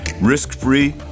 risk-free